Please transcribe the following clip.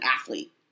athlete